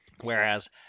whereas